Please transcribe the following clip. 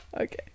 Okay